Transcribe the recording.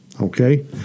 Okay